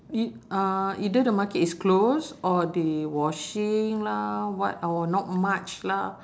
e~ uh either the market is closed or they washing lah what or not much lah